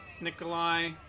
Nikolai